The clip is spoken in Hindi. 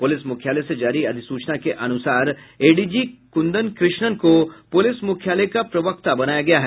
पुलिस मुख्यालय से जारी अधिसूचना के अनुसार एडीजी कुंदर कृष्णन को पुलिस मुख्यालय का प्रवक्ता बनाया गया है